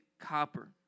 copper